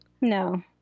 No